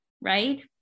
right